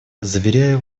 заверяю